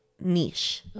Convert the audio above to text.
niche